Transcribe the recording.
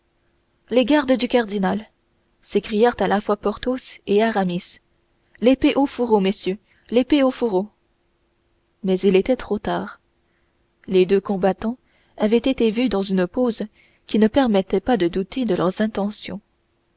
les gardes du cardinal s'écrièrent à la fois porthos et aramis l'épée au fourreau messieurs l'épée au fourreau mais il était trop tard les deux combattants avaient été vus dans une pose qui ne permettait pas de douter de leurs intentions